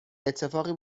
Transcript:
اتفاقی